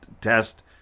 test